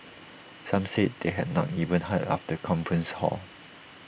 some said they had not even heard of the conference hall